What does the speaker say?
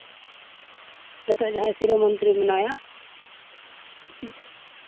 ᱱᱤᱛᱳᱜ ᱡᱟᱦᱟᱸᱭ ᱥᱤᱨᱟᱹ ᱢᱚᱱᱛᱨᱤ ᱢᱮᱱᱟᱭᱟ